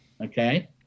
okay